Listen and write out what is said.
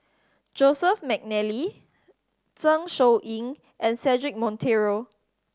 Joseph McNally Zeng Shouyin and Cedric Monteiro